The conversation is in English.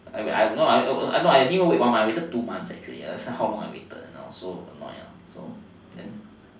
no no I didn't wait one month I waited for two months actually that's how long I waited that's why I'm so annoyed lah